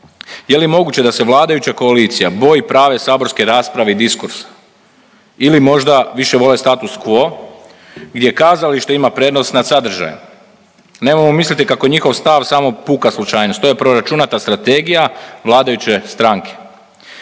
Je li moguće da se vladajuća koalicija boji prave saborske rasprave i diskursa ili možda više vole status quo gdje kazalište ima prednost nad sadržajem? Nemojmo misliti kako je njihov stav samo puka slučajnost, to je proračunata strategija vladajuće stranke.